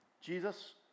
Jesus